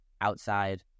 outside